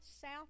south